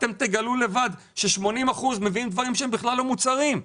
אתם תגלו לבד ש-80% מביאים דברים שהם בכלל לא מוצרים.